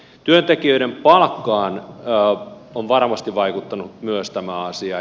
työntekijöiden palkkaan on varmasti vaikuttanut myös tämä asia